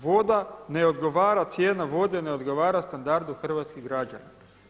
Voda ne odgovara, cijena vode ne odgovara standardu hrvatskih građana.